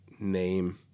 name